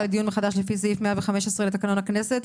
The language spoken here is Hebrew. לדיון מחדש לפי סעיף 115 לתקנון הכנסת,